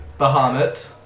Bahamut